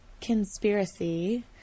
conspiracy